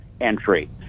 entry